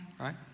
Right